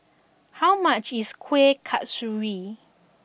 how much is Kuih Kasturi